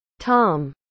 Tom